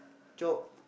chope